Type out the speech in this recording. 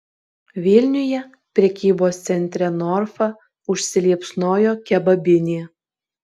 vilniuje prekybos centre norfa užsiliepsnojo kebabinė